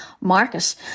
market